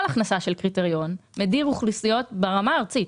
כל הכנסה של קריטריון ברמה הארצית